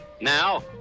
Now